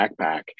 backpack